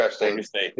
interesting